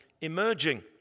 emerging